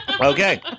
Okay